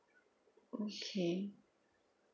okay